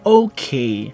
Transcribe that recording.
okay